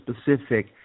specific